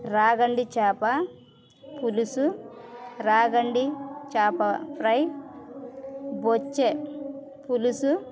రాగండి చాప పులుసు రాగండి చాప ఫ్రై బొచ్చె పులుసు